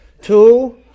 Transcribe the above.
Two